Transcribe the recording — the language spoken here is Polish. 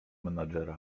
menadżera